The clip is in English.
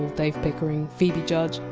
dave pickering, phoebe judge,